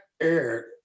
aired